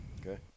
Okay